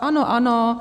Ano, ano.